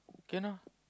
can lah